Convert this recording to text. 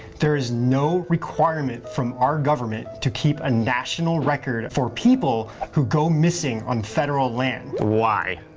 there is no requirement from our government to keep a national record for people who go missing on federal land. why,